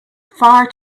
far